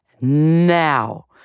now